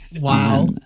Wow